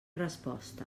resposta